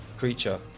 creature